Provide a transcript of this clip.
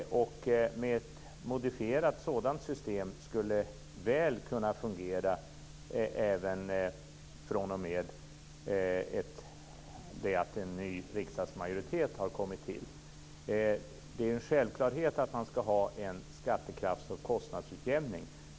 Ett modifierat sådant system skulle kunna fungera väl även fr.o.m. att en ny riksdagsmajoritet har skapats. Det är en självklarhet att man ska ha en skattekrafts och kostnadsutjämning.